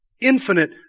Infinite